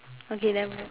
okay never mind